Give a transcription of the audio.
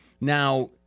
Now